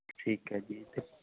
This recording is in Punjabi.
ਠੀਕ ਐ ਜੀ ਤੇ